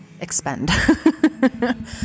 expend